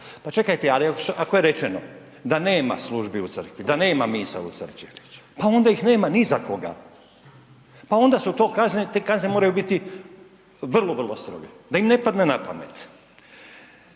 Pa čekajte, ako je rečeno da nema službi u crkvi, da nema misa u crkvi pa onda ih nema ni za koga, pa onda su to kazne i te kazne moraju biti vrlo, vrlo stroge da im ne padne na pamet